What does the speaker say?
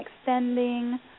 extending